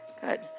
Good